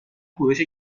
کوروش